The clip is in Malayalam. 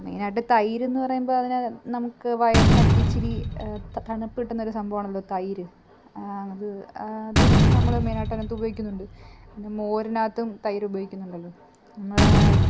മെയിൻ ആയിട്ട് തൈര് എന്ന് പറയുമ്പോൾ അതിനകത്ത് നമുക്ക് വയറിനൊക്കെ ഇത്തിരി തണുപ്പ് കിട്ടുന്നൊരു സംഭവമാണല്ലോ തൈര് അത് ആ അതും നമ്മൾ മെയിൻ ആയിട്ട് അതിനകത്ത് ഉപയോഗിക്കുന്നുണ്ട് പിന്നെ മോരിനകത്തും തൈര് ഉപയോഗിക്കുന്നുണ്ടല്ലോ നമ്മൾ